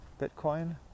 Bitcoin